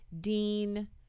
Dean